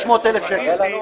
300,000 שקל.